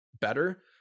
better